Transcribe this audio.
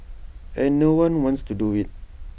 and no one wants to do IT